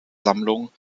sammlung